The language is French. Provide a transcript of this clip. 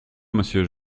monsieur